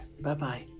bye-bye